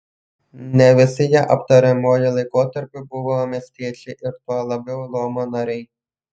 ne visi jie aptariamuoju laikotarpiu buvo miestiečiai ir tuo labiau luomo nariai